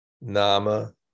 Nama